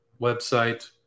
website